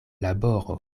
laboro